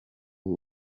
w’u